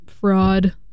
fraud